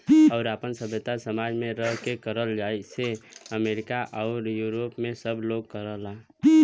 आउर आपन सभ्यता समाज मे रह के करला जइसे अमरीका आउर यूरोप मे सब लोग करला